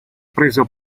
preso